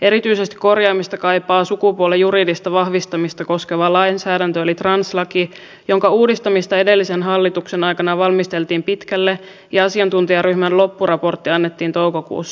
erityisesti korjaamista kaipaa sukupuolen juridista vahvistamista koskeva lainsäädäntö eli translaki jonka uudistamista edellisen hallituksen aikana valmisteltiin pitkälle ja asiantuntijaryhmän loppuraportti annettiin toukokuussa